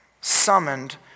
summoned